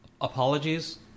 apologies